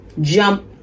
jump